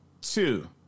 two